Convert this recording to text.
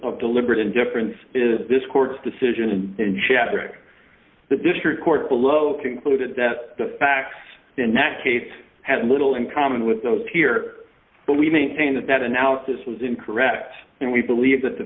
of deliberate indifference is this court's decision and then shattering the district court below concluded that the facts in that case had little in common with those here but we maintain that that analysis was incorrect and we believe that the